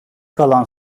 kalan